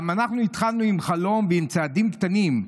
גם אנחנו התחלנו עם חלום ועם צעדים קטנים.